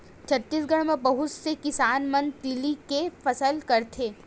छत्तीसगढ़ म बहुत से किसान मन तिली के फसल करथे